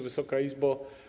Wysoka Izbo!